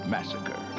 Massacre